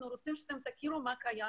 אנחנו רוצים שתכירו מה קיים,